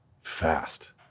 fast